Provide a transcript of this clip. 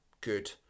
good